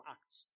Acts